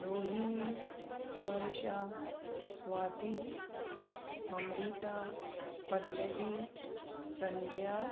Rohini Varsha Swati Amrita Pallavi Sandhya